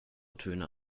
töne